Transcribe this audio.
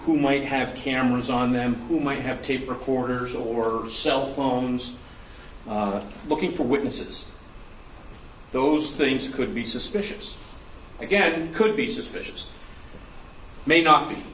who might have cameras on them who might have tape recorders or cell phones looking for witnesses those things could be suspicious again could be suspicious may not